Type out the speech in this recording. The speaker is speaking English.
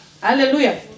Hallelujah